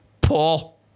Paul